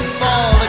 fall